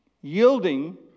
Yielding